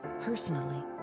personally